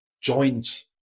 joint